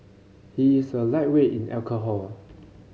he is a lightweight in alcohol